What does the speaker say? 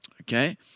Okay